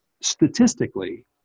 statistically